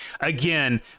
Again